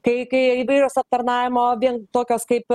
kai kai įvairios aptarnavimo vien tokios kaip